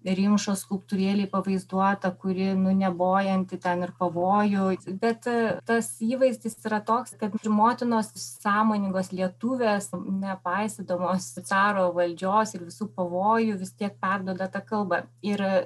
rimšos skulptūrėlėj pavaizduota kuri nu nebojanti ten ir pavojų bet tas įvaizdis yra toks kad už motinos sąmoningos lietuvės nepaisydamos caro valdžios ir visų pavojų vis tiek perduoda tą kalbą ir